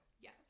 Yes